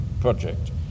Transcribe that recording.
project